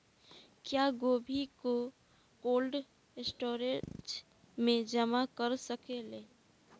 क्या गोभी को कोल्ड स्टोरेज में जमा कर सकिले?